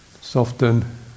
soften